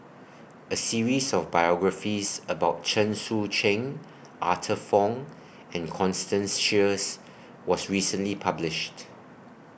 A series of biographies about Chen Sucheng Arthur Fong and Constance Sheares was recently published